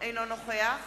אינו נוכח